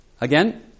Again